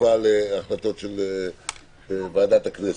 שכפופה להחלטות של ועדת הכנסת.